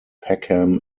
peckham